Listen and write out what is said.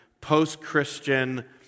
post-Christian